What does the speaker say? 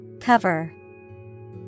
Cover